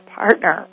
partner